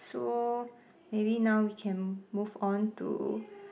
so maybe now we can move on to